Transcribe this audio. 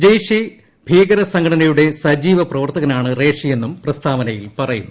ജയിഷേ ഈ ഭീകര സംഘടനയുടെ സജീവ പ്രവർത്തകനാണ് റേഷി എന്നു് എ പ്രസ്താവനയിൽ പറയുന്നു